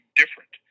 different